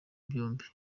byombi